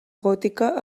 gòtica